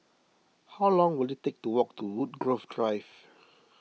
how long will it take to walk to Woodgrove Drive